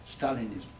Stalinism